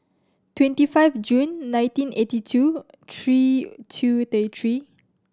twenty five June nineteen eighty two three two thirty three